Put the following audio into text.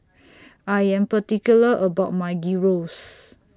I Am particular about My Gyros